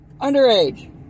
Underage